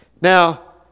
Now